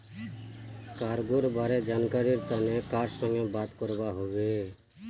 cargo बारे जानकरीर तने कार संगे बात करवा हबे